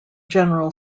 general